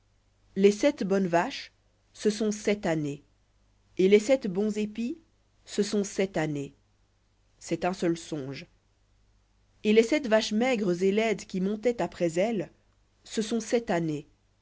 les sept bonnes vaches ce sont sept années et les sept bons épis ce sont sept années c'est un seul songe et les sept vaches maigres et laides qui montaient après elles ce sont sept années